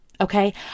Okay